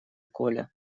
коля